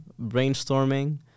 brainstorming